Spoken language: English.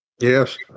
Yes